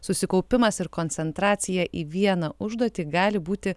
susikaupimas ir koncentracija į vieną užduotį gali būti